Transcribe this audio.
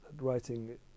writing